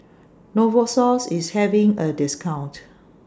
Novosource IS having A discount